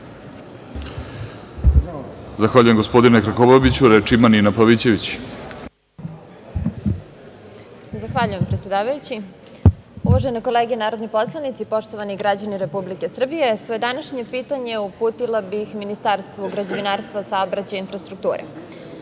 Zahvaljujem gospodine Krkobabiću. Reč ima Nina Pavićević. **Nina Pavićević** Zahvaljujem predsedavajući. Uvažene kolege narodni poslanici, poštovani građani Republike Srbije, svoje današnje pitanje uputila bih Ministarstvu građevinarstva, saobraćaja i infrastrukture.„Železnice